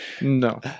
No